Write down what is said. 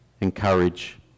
encourage